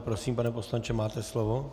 Prosím, pane poslanče, máte slovo.